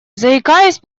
заикаясь